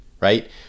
right